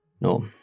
no